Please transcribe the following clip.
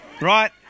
Right